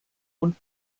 und